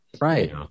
right